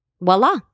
voila